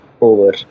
over